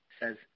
says